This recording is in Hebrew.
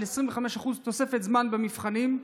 25% תוספת זמן במבחנים,